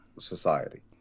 society